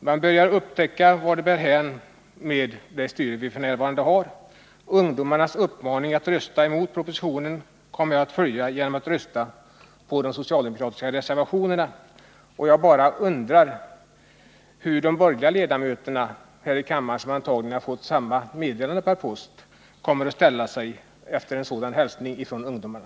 Man börjar upptäcka vart det bär hän med det styre som vi f.n. har. Ungdomarnas uppmaning att rösta emot propositionen kommer jag att följa genom att rösta på de socialdemokratiska reservationerna. Jag bara undrar hur de borgerliga ledamöterna här i kammaren, som antagligen har fått samma meddelande per post, kommer att ställa sig efter en sådan hälsning från ungdomarna.